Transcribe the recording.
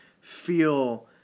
feel